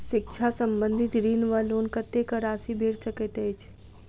शिक्षा संबंधित ऋण वा लोन कत्तेक राशि भेट सकैत अछि?